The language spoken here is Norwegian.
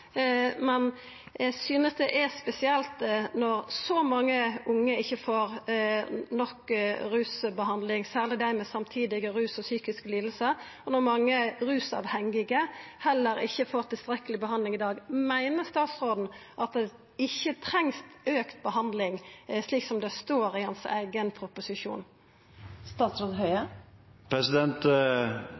men eg synest det er spesielt når så mange unge ikkje får nok rusbehandling, særleg dei med samtidige ruslidingar og psykiske lidingar. Når mange rusavhengige heller ikkje får tilstrekkeleg behandling i dag, meiner statsråden at det ikkje trengst auka behandling, slik det står i hans eigen proposisjon?